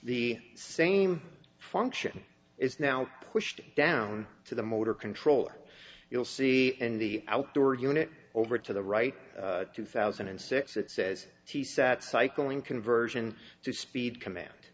the same function is now pushed down to the motor controller you'll see in the outdoor unit over to the right two thousand and six it says he sat cycling conversion to speed command